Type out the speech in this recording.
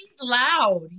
loud